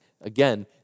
Again